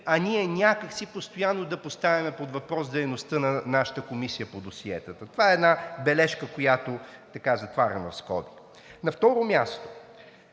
а ние някак си постоянно да поставяме под въпрос дейността на нашата Комисия по досиетата. Това е една бележка, която затварям в скоби. На второ място,